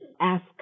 Ask